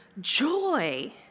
joy